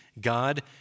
God